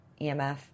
EMF